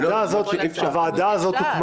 הכוונה של הוועדה היה שזה יחזור אליה,